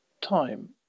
time